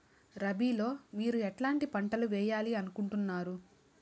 రబిలో మీరు ఎట్లాంటి పంటలు వేయాలి అనుకుంటున్నారు?